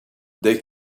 they